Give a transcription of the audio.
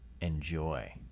Enjoy